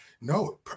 No